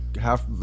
Half